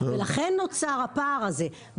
ולכן נוצר הפער הזה.